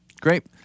Great